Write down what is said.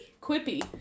Quippy